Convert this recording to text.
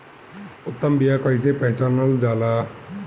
उत्तम बीया कईसे पहचानल जाला?